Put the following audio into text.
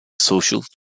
social